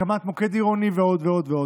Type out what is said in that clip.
הקמת מוקד עירוני ועוד ועוד ועוד.